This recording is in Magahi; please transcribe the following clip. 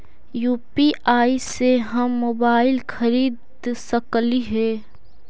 यु.पी.आई से हम मोबाईल खरिद सकलिऐ है